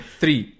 three